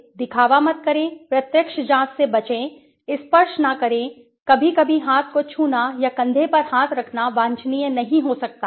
दिखावा मत करो प्रत्यक्ष जांच से बचें स्पर्श न करें कभी कभी हाथ को छूना या कंधे पर हाथ रखना वांछनीय नहीं हो सकता है